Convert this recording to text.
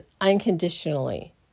unconditionally